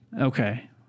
okay